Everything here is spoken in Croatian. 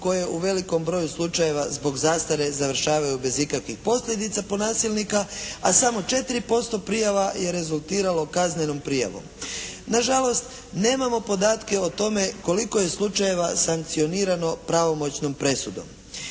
je u velikom broju slučajeva zbog zastare završavaju bez ikakvih posljedica po nasilnika, a samo 4% prijava je rezultiralo kaznenom prijavom. Na žalost, nemamo podatke o tome koliko je slučajeva sankcionirano pravomoćnom presudom.